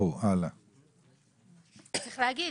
צריך להגיד,